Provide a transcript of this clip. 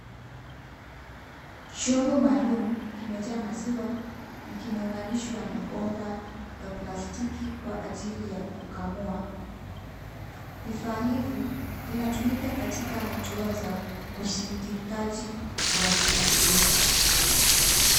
Chombo maalum kimejaa maziwa na kimeunganishwa na bomba za plastiki kwa ajili ya kukamua. Vifaa hivi vinatumika katika hatua za kusindikaji wa maziwa.